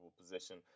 position